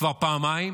כבר פעמיים,